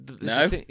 no